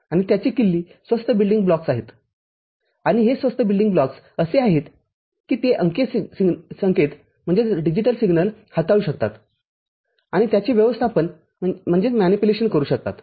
आणि त्याची किल्ली स्वस्त बिल्डिंग ब्लॉक्स आहेत आणि हे स्वस्त बिल्डिंग ब्लॉक्स असे आहेत की ते अंकीय संकेत हाताळू शकतात आणि त्याचे व्यवस्थापन करू शकतात